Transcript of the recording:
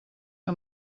que